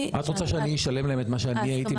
את רוצה שאני אשלם להם את מה שאני הייתי משלם?